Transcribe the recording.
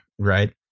Right